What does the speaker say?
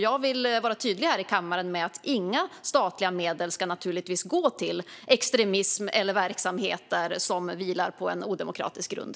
Jag vill vara tydlig i kammaren med att naturligtvis ska inga statliga medel gå till extremism eller verksamheter som vilar på odemokratisk grund.